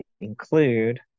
include